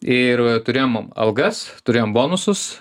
ir turėjom algas turėjom bonusus